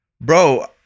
bro